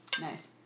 Nice